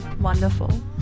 wonderful